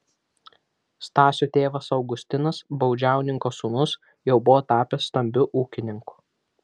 stasio tėvas augustinas baudžiauninko sūnus jau buvo tapęs stambiu ūkininku